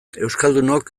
euskaldunok